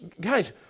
Guys